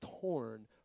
torn